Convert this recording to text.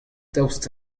daoust